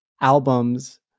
albums